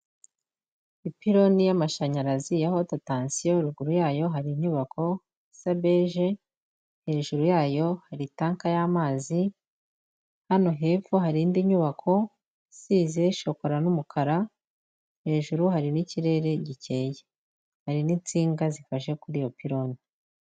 Ipiloni y'amashanyarazi ya hoti atansiyo, ruguru yayo hari inyubako isa beje, hejuru yayo hari itanka y'amazi, hano hepfo hari indi nyubako isize shokora n'umukara, hejuru hari n'ikirere gikeye, hari n'insinga zifashe kuri iyo pironi.